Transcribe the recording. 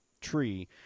tree